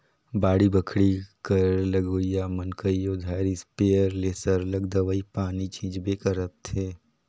बाड़ी बखरी कर लगोइया मन कइयो धाएर इस्पेयर ले सरलग दवई पानी छींचबे करथंे